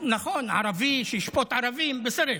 נכון, ערבי שישפוט ערבי (אומר בערבית: אי-אפשר,)